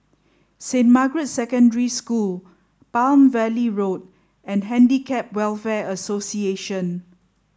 Saint Margaret's Secondary School Palm Valley Road and Handicap Welfare Association